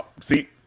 see